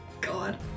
god